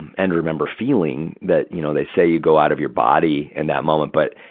and and remember feeling that, you know, they say you go out of your body in that moment. but,